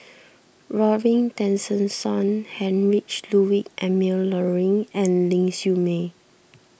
Robin Tessensohn Heinrich Ludwig Emil Luering and Ling Siew May